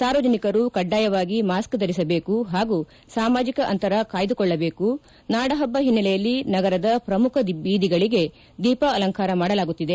ಸಾರ್ವಜನಿಕರು ಕಡ್ಡಾಯವಾಗಿ ಮಾಸ್ಕ್ ಧರಿಸಬೇಕು ಹಾಗೂ ಸಾಮಾಜಿಕ ಅಂತರ ಕಾಯ್ದು ಕೊಳ್ಳಬೇಕು ನಾಡಹಬ್ಬ ಹಿನ್ನಲೆಯಲ್ಲಿ ನಗರದ ಪ್ರಮುಖ ಬೀದಿಗಳಿಗೆ ದೀಪ ಅಲಂಕಾರ ಮಾಡಲಾಗುತ್ತಿದೆ